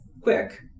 quick